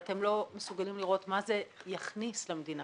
ואתם לא מסוגלים לראות מה יכניס למדינה